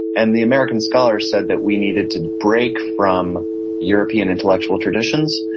and the american scholar said that we needed to break from european intellectual traditions.